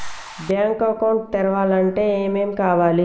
Bank account తెరవాలంటే ఏమేం కావాలి?